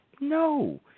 No